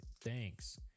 thanks